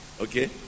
Okay